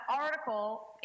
article